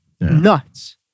Nuts